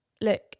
look